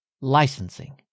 licensing